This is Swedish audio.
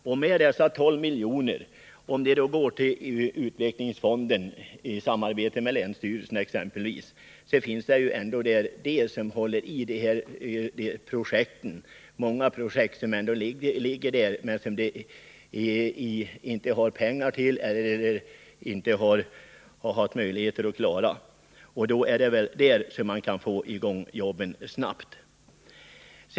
Om dessa 12 miljoner går till utvecklingsfonden, efter diskussion med länsmyndigheterna, så kan de ju användas till sådana projekt som man arbetar med där. Där finns det många projekt som man inte har haft pengar till eller på annat sätt haft möjligheter att klara. Det är väl där som man kan få i gång jobben snabbt.